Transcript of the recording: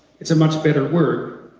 it's a much better word